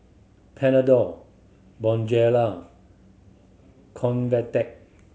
Panadol Bonjela Convatec